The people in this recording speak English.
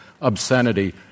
obscenity